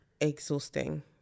exhausting